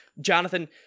Jonathan